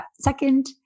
second